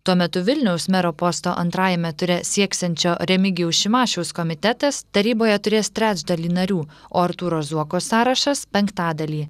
tuo metu vilniaus mero posto antrajame ture sieksiančio remigijaus šimašiaus komitetas taryboje turės trečdalį narių o artūro zuoko sąrašas penktadalį